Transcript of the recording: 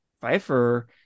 Pfeiffer